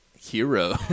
hero